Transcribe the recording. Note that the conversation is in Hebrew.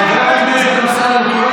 אינו נוכח ניר אורבך,